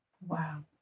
Wow